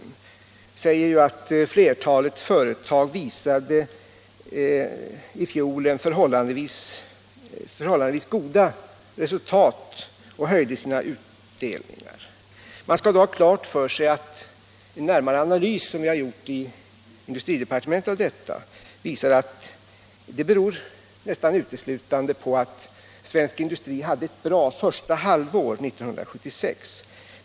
Man säger att flertalet företag i fjol visade förhållandevis goda resultat och höjde sina utdelningar. Man skall då ha klart för sig att en närmare analys av detta som vi har gjort i industridepartementet visar att det nästan uteslutande beror på att svensk industri hade ett bra första halvår 1976.